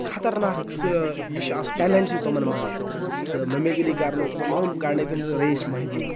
خطرناک سُہ یہِ چھِ اَکھ سُہ ٹیلٮ۪نٛٹ چھُ تٕمَن منٛز سُہ مٮ۪مِکِرٛی کَرنُک تم ہُم کَڑنٕکۍ تم رعیٖس محی الدیٖن